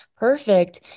Perfect